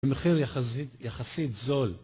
במחיר יחסית זול